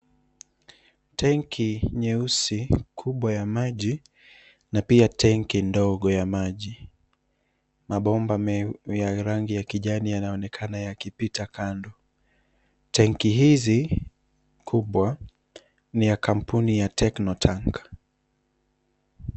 Tenki nyeusi kubwa ya maji na pia tenki ndogo ya maji . Mabomba ya rangi ya kijani yanaonekana yakipita kando. Tenki hizi kubwa ni ya kampuni ya Technotank.